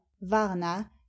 Varna